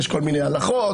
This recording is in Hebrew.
יש כל מיני הלכות,